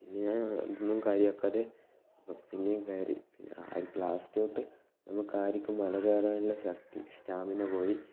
പിന്നെ ഞാൻ ഒന്നും കാര്യം ആക്കാതെ പിന്നെയും കയറി പിന്നെ ലാസ്റ്റ് തൊട്ട് നമുക്ക് ആർക്കും മല കയറാനുള്ള ശക്തി സ്റ്റാമിന പോയി